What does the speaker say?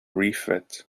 refit